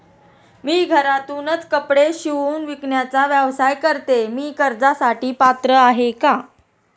मी घरातूनच कपडे शिवून विकण्याचा व्यवसाय करते, मी कर्जासाठी पात्र आहे का?